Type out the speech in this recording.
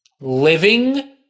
living